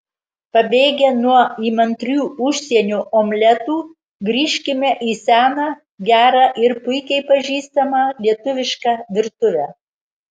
pabėgę nuo įmantrių užsienio omletų grįžkime į seną gerą ir puikiai pažįstamą lietuvišką virtuvę